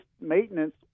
Maintenance